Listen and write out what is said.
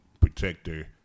protector